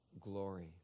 glory